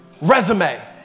Resume